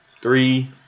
Three